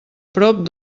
prop